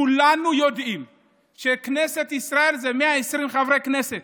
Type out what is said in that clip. כולנו יודעים שכנסת ישראל זה 120 חברי כנסת.